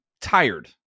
tired